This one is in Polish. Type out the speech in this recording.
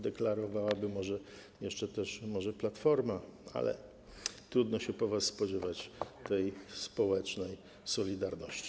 Deklarowałaby to może jeszcze też Platforma, ale trudno się po was spodziewać tej społecznej solidarności.